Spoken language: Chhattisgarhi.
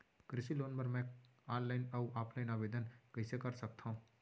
कृषि लोन बर मैं ऑनलाइन अऊ ऑफलाइन आवेदन कइसे कर सकथव?